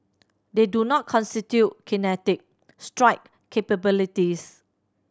they do not constitute kinetic strike capabilities